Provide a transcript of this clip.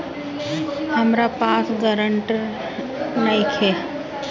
हमरा पास ग्रांटर नइखे?